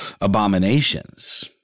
abominations